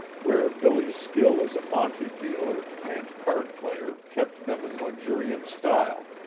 where billy's skill as a monte dealer, and card player kept them in luxuriant style,